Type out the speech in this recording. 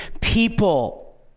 people